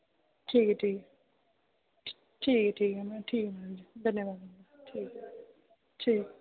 ठीक ऐ ठीक ऐ ठीक ठीक ऐ ठीक ऐ मैडम जी ठीक धन्यवाद ठीक ठीक